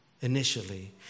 initially